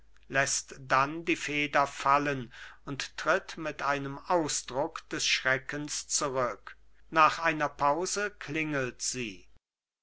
läßt dann die feder fallen und tritt mit einem ausdruck des schreckens zurück nach einer pause klingelt sie